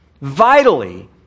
vitally